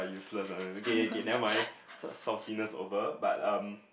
useless uh okay okay never mind saltiness over but um